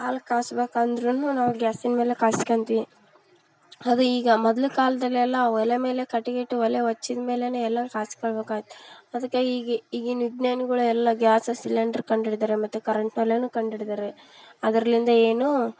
ಹಾಲು ಕಾಯಿಸ್ಬೇಕ್ ಅಂದ್ರು ನಾವು ಗ್ಯಾಸಿನ ಮೇಲೆ ಕಾಯಿಸ್ಕಂತೀವಿ ಅದು ಈಗ ಮೊದಲು ಕಾಲ್ದಲ್ಲಿ ಎಲ್ಲ ಒಲೆ ಮೇಲೆ ಕಟ್ಗೆ ಇಟ್ಟು ಒಲೆ ಹಚ್ಚಿದ್ ಮೇಲೆ ಎಲ್ಲ ಕಾಯಿಸ್ಕಂಬೇಕ್ ಆಗಿತ್ತು ಅದಕ್ಕೆ ಈಗ ಈಗಿನ ವಿಜ್ಞಾನಿಗಳೆಲ್ಲ ಗ್ಯಾಸ್ ಸಿಲಿಂಡ್ರ್ ಕಂಡು ಹಿಡ್ದರೆ ಮತ್ತು ಕರೆಂಟ್ ಒಲೆ ಕಂಡು ಹಿಡ್ದರೆ ಅದ್ರಿಂದ ಏನೂ